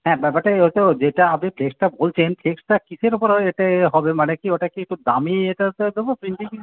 হ্যাঁ ব্যাপারটা এই ওতো যেটা আপনি ফ্লেক্সটা বলছেন ফ্লেক্সটা কীসের উপরও এতে হবে মানে কী ওটা কি একটু দামি এটাতে দেবো প্রিন্টিং